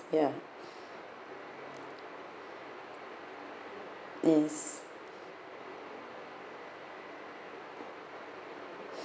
ya yes